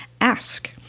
ask